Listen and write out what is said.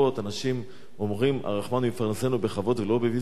אנשים אומרים: "הרחמן הוא יפרנסנו בכבוד ולא בביזוי",